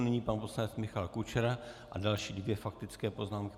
Nyní pan poslanec Michal Kučera a další dvě faktické poznámky.